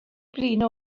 blino